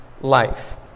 life